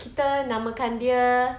kita nama kan dia